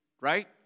right